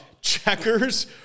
Checkers